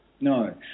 No